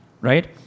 right